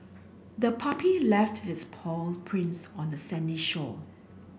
the puppy left its paw prints on the sandy shore